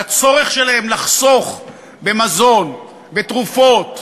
על הצורך שלהם לחסוך במזון, בתרופות,